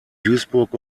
duisburg